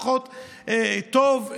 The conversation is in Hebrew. פחות טוב,